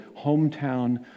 hometown